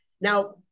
Now